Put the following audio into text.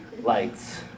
lights